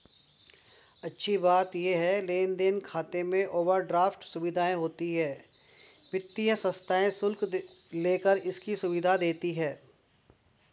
अच्छी बात ये है लेन देन खाते में ओवरड्राफ्ट सुविधा होती है वित्तीय संस्थाएं शुल्क लेकर इसकी सुविधा देती है